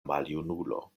maljunulo